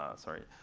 ah sorry, i